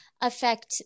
affect